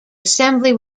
assembly